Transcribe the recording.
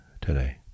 today